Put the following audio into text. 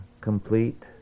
complete